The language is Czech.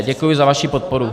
Děkuji za vaši podporu.